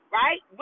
right